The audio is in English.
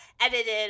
edited